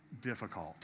difficult